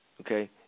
okay